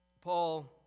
paul